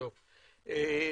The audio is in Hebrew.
אוקיי,